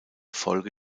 folge